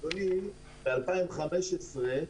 אדוני, ב-2015,